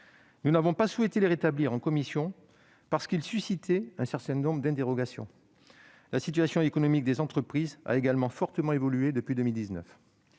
Nous n'avons pas souhaité les rétablir en commission, parce qu'ils suscitaient un certain nombre d'interrogations. La situation économique des entreprises a également fortement évolué depuis 2019.